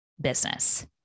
business